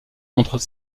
montrent